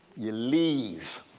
you leave.